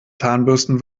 zahnbürsten